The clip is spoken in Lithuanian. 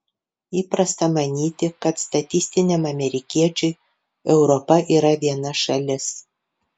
įprasta manyti kad statistiniam amerikiečiui europa yra viena šalis